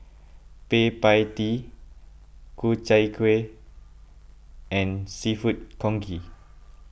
Kueh Pie Tee Ku Chai Kuih and Seafood Congee